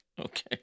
Okay